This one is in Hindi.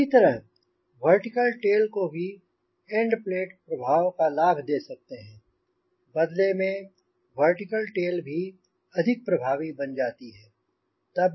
इसी तरह वर्टिकल को भी एंड प्लेट प्रभाव का लाभ दे सकते हैं और बदले में वर्टिकल टेल भी अधिक प्रभावी बन जाती है